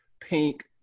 pink